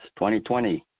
2020